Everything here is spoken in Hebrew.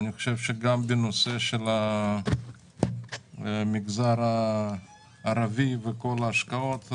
אני חושב שגם בנושא של המגזר הערבי וכל ההשקעות,